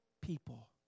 people